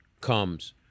comes